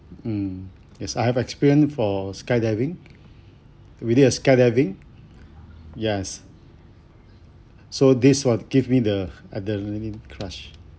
mm as I have experience for skydiving really a skydiving yes so this were to give me the adrenaline rush